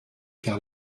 car